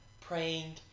praying